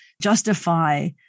justify